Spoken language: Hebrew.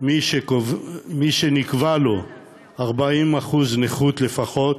מי שנקבעו לו 40% נכות לפחות,